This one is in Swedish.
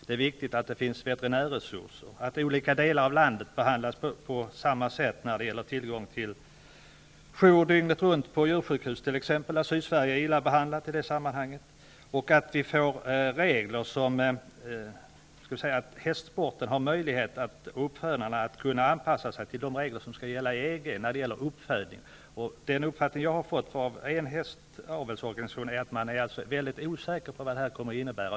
Det är viktigt att det finns veterinärresurser och att olika delar av landet behandlas på samma sätt när det gäller t.ex. tillgång till jour dygnet runt på djursjukhus. Sydsverige är illa behandlat i det sammanhanget. Hästsporten och uppfödarna måste få möjlighet att anpassa sig till de regler som skall gälla i EG. De uppgifter som jag har fått från en hästavelsorganisation är att man är osäker på vad anpassningen till EG kommer att innebära.